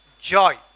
joy